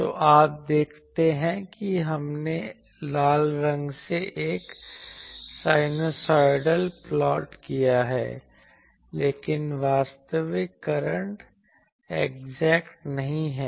तो आप देखते हैं कि हमने लाल रंग से एक साइनूसोइडल प्लॉट किया है लेकिन वास्तविक करंट एग्जैक्ट नहीं है